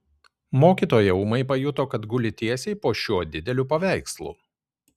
mokytoja ūmai pajuto kad guli tiesiai po šiuo dideliu paveikslu